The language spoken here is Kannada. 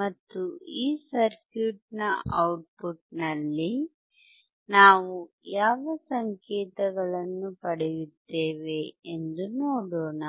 ಮತ್ತು ಈ ಸರ್ಕ್ಯೂಟ್ ನ ಔಟ್ಪುಟ್ ನಲ್ಲಿ ನಾವು ಯಾವ ಸಂಕೇತಗಳನ್ನು ಪಡೆಯುತ್ತೇವೆ ಎಂದು ನೋಡೋಣ